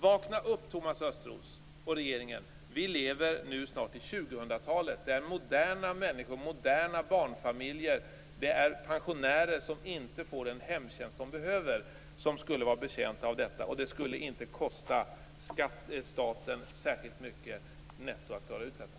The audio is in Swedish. Vakna upp, Thomas Östros och regeringen! Vi lever snart i 2000-talet, där moderna människor, moderna barnfamiljer och pensionärer inte får den hemtjänst de behöver och som de skulle vara betjänta av. Det skulle inte kosta staten särskilt mycket netto att klara ut detta.